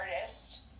artists